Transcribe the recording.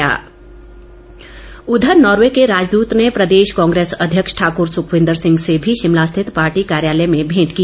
सुक्खू भेंट उधर नार्वे के राजदूत ने प्रदेश कांग्रेस अध्यक्ष ठाक्र सुखविंदर सिंह से भी शिमला स्थित पार्टी कार्यालय में भेंट की